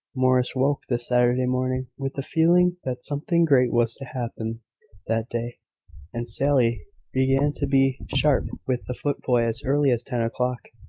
morris woke, this saturday morning, with the feeling that something great was to happen that day and sally began to be sharp with the footboy as early as ten o'clock.